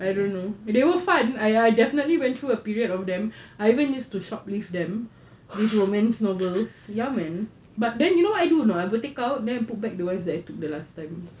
I don't know they were fun !haiya! I definitely went through a period of them I even use to shoplift them these romance novels ya man but then you know what I do or not will take out and then put the ones I took the last time